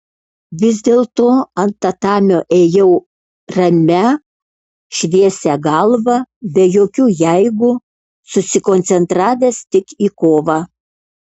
vis dėlto ant tatamio ėjau ramia šviesia galva be jokių jeigu susikoncentravęs tik į kovą